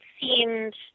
seemed